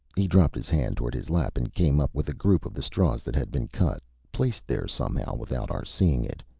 he dropped his hand toward his lap and came up with a group of the straws that had been cut, placed there somehow without our seeing it.